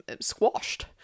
squashed